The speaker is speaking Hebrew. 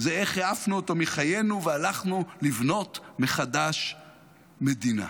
זה איך העפנו אותו מחיינו והלכנו לבנות מחדש מדינה.